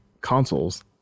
consoles